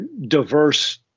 diverse